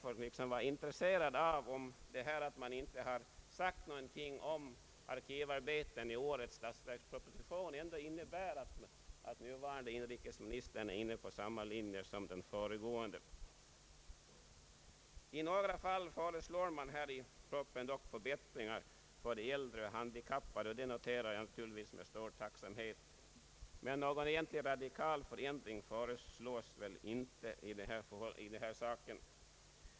Jag skulle därför vara intresserad av att få veta om det faktum att man inte har nämnt någonting om arkivarbetarna i årets statsverksproposition ändå innebär att den nuvarande inrikesministern är inne på samma linje som den föregående. I några fall föreslås dock i propositionen förbättringar för de äldre handikappade. Det noterar jag naturligtvis med stor tacksamhet. Men någon radikal förändring föreslås väl inte.